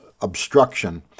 obstruction